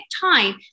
time